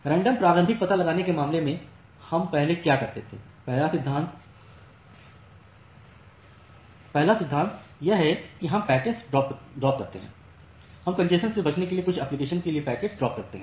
random प्रारंभिक पता लगाने के मामले में कि हम पहले क्या करते हैं पहला सिद्धांत यह है कि हम पैकेट्स ड्रापते हैं हम कॅन्जेशन से बचने के लिए कुछ एप्लीकेशन के लिए पैकेट्स ड्रापते हैं